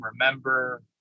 remember